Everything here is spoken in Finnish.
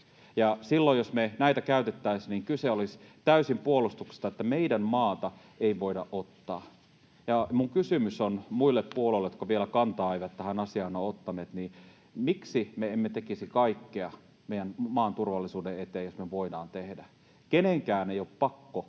silloin, jos me näitä käytettäisiin, kyse olisi täysin puolustuksesta, että meidän maata ei voida ottaa. Minun kysymykseni muille puolueille, jotka vielä kantaa eivät tähän asiaan ole ottaneet: miksi me emme tekisi kaikkea meidän maan turvallisuuden eteen, jos me voidaan tehdä? Kenenkään ei ole pakko